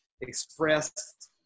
expressed –